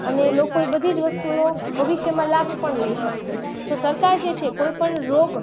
અને લોકો એ બધી જ વસ્તુનો ભવિષ્યમાં લાભ પણ લઈ શકશે તો સરકાર જે છે કોઈપણ રોગ